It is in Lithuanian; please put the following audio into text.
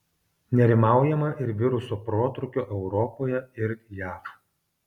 nerimaujama ir viruso protrūkio europoje ir jav